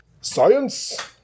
Science